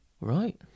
Right